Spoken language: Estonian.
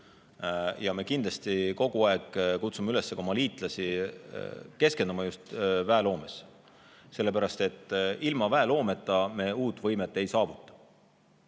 Ja me kindlasti kogu aeg kutsume üles ka oma liitlasi keskenduma just väeloomele, sellepärast et ilma väeloometa me uut võimet ei saavuta. Kui